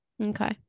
okay